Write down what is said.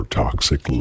toxic